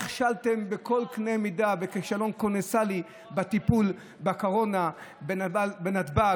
נכשלתם בכל קנה מידה: כישלון קולוסלי בטיפול בקורונה בנתב"ג,